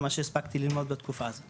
מה שהספקתי ללמוד בתקופה הזאת,